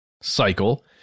cycle